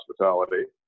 hospitality